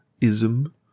ism